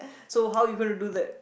so how are you gonna do that